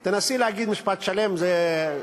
תנסי להגיד משפט שלם, זה,